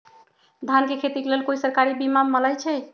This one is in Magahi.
धान के खेती के लेल कोइ सरकारी बीमा मलैछई?